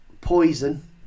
poison